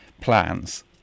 plans